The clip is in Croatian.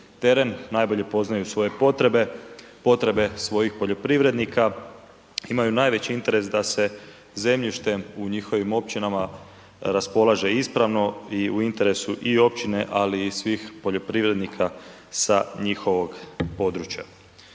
najbolje poznaju svoje potrebe, potrebe svojih poljoprivrednika, imaju najveći interes da se zemljištem u njihovim općinama raspolaže ispravno i u interesu i općine, ali i svih poljoprivrednika sa njihovog područja.